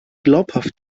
glaubhaft